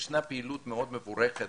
ישנה פעילות מאוד מבורכת,